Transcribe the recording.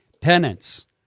penance